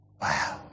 Wow